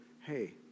hey